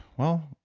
well,